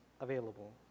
available